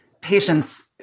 patients